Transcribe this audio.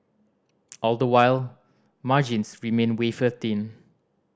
all the while margins remain wafer thin